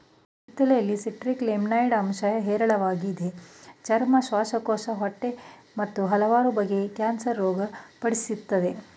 ಕಿತ್ತಳೆಯಲ್ಲಿ citrus limonoid ಅಂಶ ಹೇರಳವಾಗಿದೆ ಚರ್ಮ ಶ್ವಾಸಕೋಶ ಹೊಟ್ಟೆ ಮತ್ತು ಹಲವಾರು ಬಗೆಯ ಕ್ಯಾನ್ಸರ್ ಗುಣ ಪಡಿಸ್ತದೆ